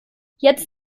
jetzt